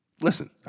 Listen